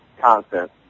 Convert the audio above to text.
constant